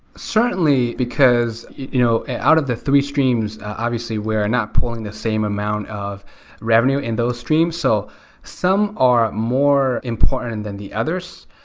certainly, because you know out of the three streams, obviously we're not pulling the same amount of revenue in those streams. so some are more important and than the others.